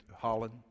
Holland